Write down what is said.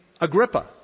Agrippa